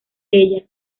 ella